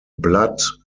blood